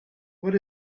what